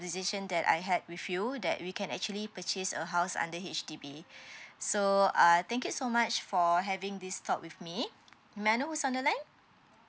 conversation that I had with you that we can actually purchase a house under H_D_B so uh thank you so much for having this talk with me may I know who's on the line